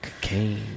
Cocaine